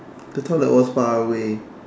the toilet was far away